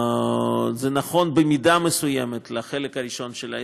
זה נכון במידה מסוימת לחלק הראשון של ההסכם,